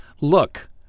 look